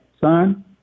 son